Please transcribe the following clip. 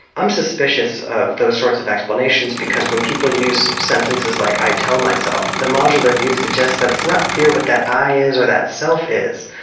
i'm suspicious of those sorts of explanations because when people use sentences like i tell myself, the modular view suggests that it's not clear what that i is, or that self is.